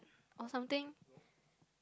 or something